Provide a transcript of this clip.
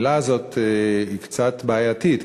המילה הזאת קצת בעייתית,